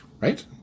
right